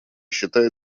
считает